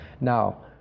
Now